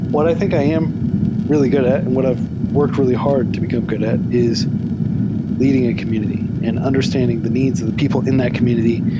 what i think i am really good at and what i've worked really hard to become good at is leading a community and understanding the needs of the people in that community,